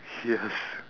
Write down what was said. yes